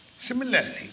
Similarly